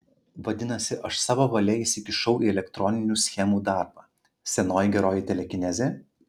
vadinasi aš savo valia įsikišau į elektroninių schemų darbą senoji geroji telekinezė